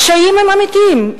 הקשיים הם אמיתיים,